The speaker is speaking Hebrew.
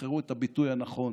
תבחרו את הביטוי הנכון,